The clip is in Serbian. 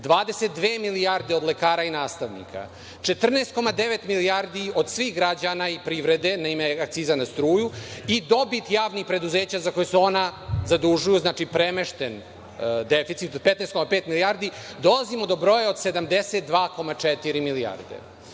22 milijarde od lekara i nastavnika, 14,9 milijardi od svih građana i privrede na ime akciza za struju i dobit javnih preduzeća za koja se ona zadužuju, znači premešten deficit od 15,5 milijardi, dolazimo do broja 72,4 milijarde.